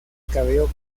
cabello